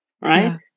right